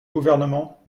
gouvernement